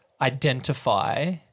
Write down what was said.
identify